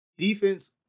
Defense